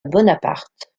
bonaparte